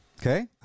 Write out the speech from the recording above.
Okay